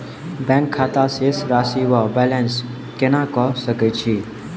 Bank खाता शेष राशि वा बैलेंस केना कऽ सकय छी?